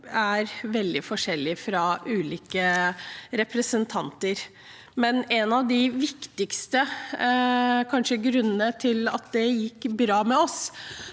er veldig forskjellig fra ulike representanter. En av de kanskje viktigste grunnene til at det gikk bra med oss,